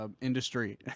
industry